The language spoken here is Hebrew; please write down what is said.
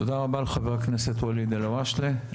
תודה רבה לחבר הכנסת ואליד אלהואשלה,